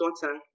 daughter